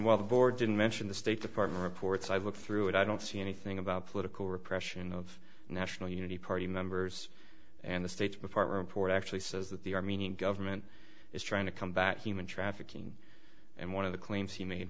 while the board didn't mention the state department reports i've looked through it i don't see anything about political repression of national unity party members and the states before report actually says that the armenian government is trying to come back human trafficking and one of the claims he made